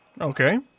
Okay